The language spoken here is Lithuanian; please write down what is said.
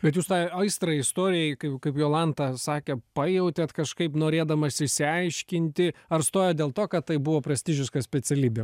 bet jūs tą aistrą istorijai kai kaip jolanta sakė pajautėt kažkaip norėdamas išsiaiškinti ar stojot dėl to kad tai buvo prestižiška specialybė